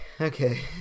Okay